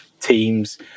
Teams